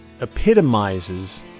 epitomizes